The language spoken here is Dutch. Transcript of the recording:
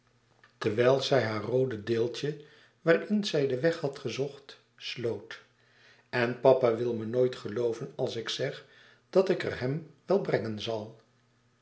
terwijl zij haar roode deeltje waarin zij den weg had gezocht sloot en papa wil me nooit gelooven als ik zeg dat ik er hem wel brengen zal